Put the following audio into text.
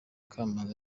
kamanzi